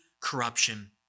corruption